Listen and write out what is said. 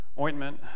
ointment